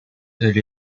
elle